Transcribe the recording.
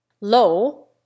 low